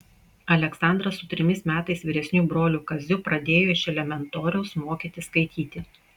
aleksandras su trimis metais vyresniu broliu kaziu pradėjo iš elementoriaus mokytis skaityti